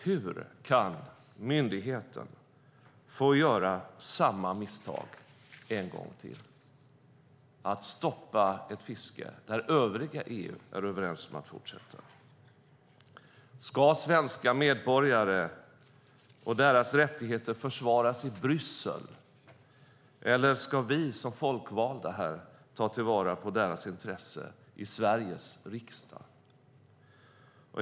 Hur kan myndigheten få göra samma misstag en gång till, att stoppa ett fiske när övriga EU är överens om att fortsätta? Ska svenska medborgare och deras rättigheter försvaras i Bryssel eller ska vi folkvalda ta till vara deras intressen i Sveriges riksdag?